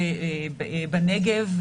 בנגב,